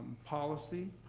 policy,